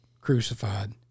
crucified